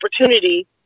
opportunity